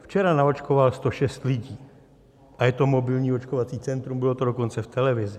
Včera naočkoval 106 lidí a je to mobilní očkovací centrum, bylo to dokonce v televizi.